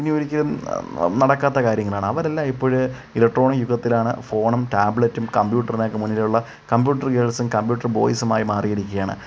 ഇനി ഒരിക്കലും നടക്കാത്ത കാര്യങ്ങളാണ് അവരെല്ലാം ഇപ്പോൾ ഇലക്ട്രോണിക് യുഗത്തിലാണ് ഫോണും ടാബ്ലെറ്റും കമ്പ്യൂട്ടർനേക്കെ മുന്നിലുള്ള കമ്പ്യൂട്ടർ ഗേൾസ്സും കമ്പ്യൂട്ടർ ബോയ്സുമായി മാറിയിരിക്കയാണ്